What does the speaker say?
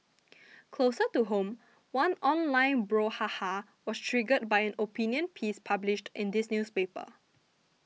closer to home one online brouhaha was triggered by an opinion piece published in this newspaper